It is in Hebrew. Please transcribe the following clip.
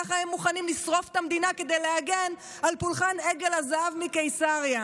ככה הם מוכנים לשרוף את המדינה כדי להגן על פולחן עגל הזהב מקיסריה.